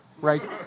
right